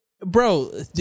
Bro